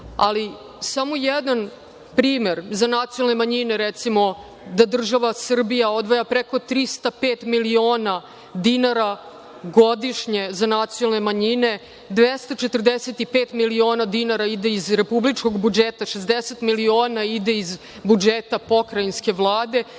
ali samo jedan primer za nacionalne manjine, recimo, da država Srbija odvaja preko 305 miliona dinara godišnje za nacionalne manjine, 245 miliona dinara ide iz republičkog budžeta, 60 miliona ide iz budžeta pokrajinske Vlade,